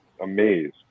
amazed